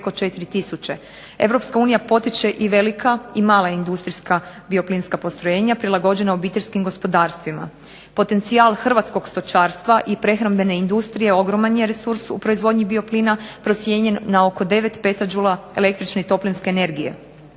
unija potiče i velika i mala industrijska bioplinska postrojenja, prilagođena obiteljskim gospodarstvima. Potencijal hrvatskog stočarstva i prehrambene industrije ogroman je resurs u proizvodnji bioplina, procijenjen na oko 9 peta đula električne i toplinske energije.